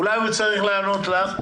אולי הוא צריך לענות לך.